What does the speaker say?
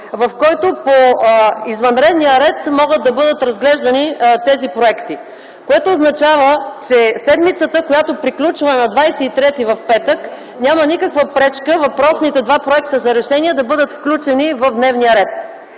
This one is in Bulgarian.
по който по извънредния ред могат да бъдат разглеждани тези проекти, което означава, че седмицата, която приключва на 23-и, в петък, няма никаква пречка въпросните два проекта за решение да бъдат включени в дневния ред.